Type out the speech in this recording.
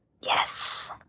Yes